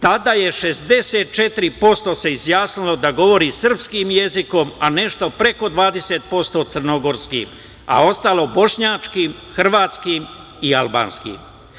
Tada se 64% izjasnilo da govori srpskim jezikom, a nešto preko 20% crnogorskim, a ostalo bošnjačkim, hrvatskim i albanskim.